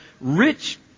rich